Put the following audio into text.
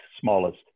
smallest